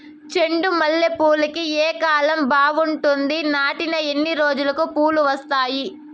చెండు మల్లె పూలుకి ఏ కాలం బావుంటుంది? నాటిన ఎన్ని రోజులకు పూలు వస్తాయి?